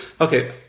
Okay